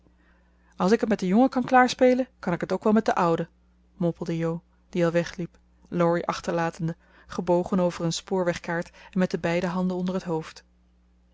als ik t met den jongen kan klaarspelen kan ik het ook wel met den ouden mompelde jo die al wegliep laurie achterlatende gebogen over een spoorwegkaart en met de beide handen onder het hoofd